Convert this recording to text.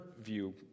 view